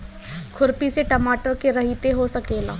खुरपी से टमाटर के रहेती हो सकेला?